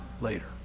later